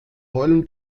heulen